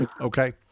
okay